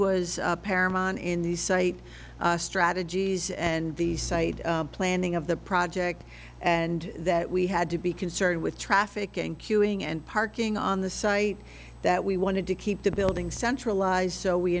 was paramount in the site strategies and the site planning of the project and that we had to be concerned with traffic and queuing and parking on the site that we wanted to keep the building centralized so we